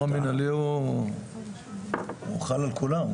שחרור מינהלי הוא חל על כולם,